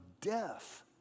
death